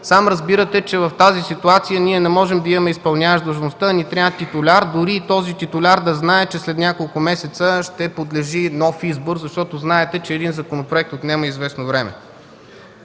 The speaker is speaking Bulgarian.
Сам разбирате, че в тази ситуация не можем да имаме изпълняващ длъжността. Трябва ни титуляр, дори този титуляр да знае, че след няколко месеца ще подлежи на нов избор. Знаете, че един законопроект отнема известно време.